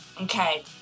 Okay